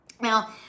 Now